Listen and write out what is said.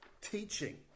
teaching